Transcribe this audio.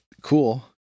cool